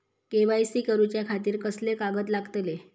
KYC करूच्या खातिर कसले कागद लागतले?